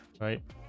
right